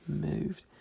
moved